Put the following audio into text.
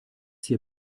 hier